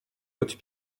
hautes